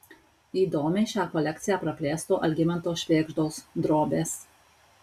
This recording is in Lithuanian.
įdomiai šią kolekciją praplėstų algimanto švėgždos drobės